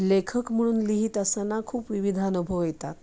लेखक म्हणून लिहित असताना खूप विविध अनुभव येतात